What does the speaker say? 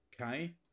okay